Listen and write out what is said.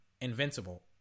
Invincible